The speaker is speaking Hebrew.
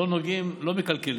לא נוגעים, לא מקלקלים.